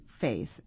faith